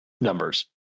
numbers